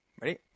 ready